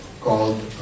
called